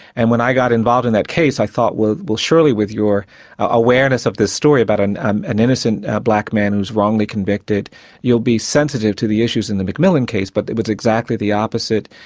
and when i got involved in that case i thought, well, surely with your awareness of this story about an an innocent black man who's wrongly convicted you'll be sensitive to the issues in the mcmillian case, but it was exactly the opposite.